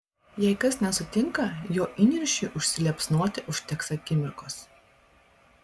jei kas nesutinka jo įniršiui užsiliepsnoti užteks akimirkos